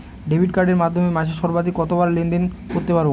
Debit কার্ডের মাধ্যমে মাসে সর্বাধিক কতবার লেনদেন করতে পারবো?